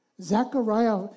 Zechariah